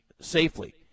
safely